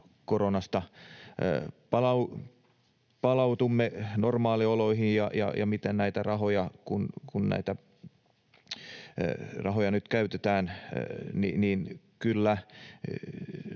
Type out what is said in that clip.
koronasta palaudumme normaalioloihin, ja miten näitä rahoja nyt käytetään. Kyllä,